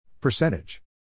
Percentage